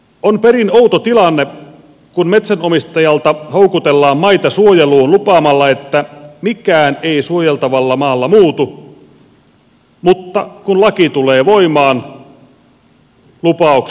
on perin outo tilanne kun metsänomistajalta houkutellaan maita suojeluun lupaamalla että mikään ei suojeltavalla maalla muutu mutta kun laki tulee voimaan lupaukset unohtuvat